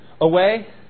away